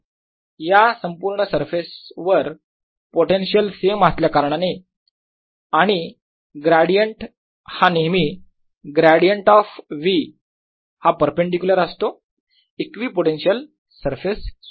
या संपूर्ण सरफेसवर पोटेन्शियल सेम असल्याकारणाने आणि ग्रॅडियंट हा नेहमी ग्रॅडियंट ऑफ V हा परपेंडीक्युलर असतो इक्विपोटेन्शियल सरफेस सोबत